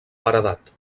paredat